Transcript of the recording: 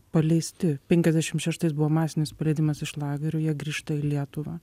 paleisti penkiasdešimt šeštais buvo masinis paleidimas iš lagerių jie grįžta į lietuvą